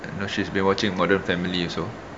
and know she's been watching modern family also